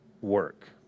work